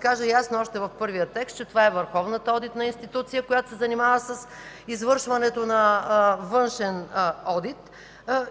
това да се каже ясно още в първия текст, че това е върховната одитна институция, която се занимава с извършването на външен одит